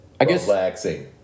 relaxing